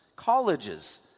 Colleges